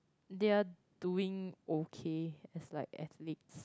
there are doing okay as like athlete